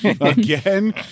again